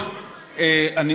טוב, אני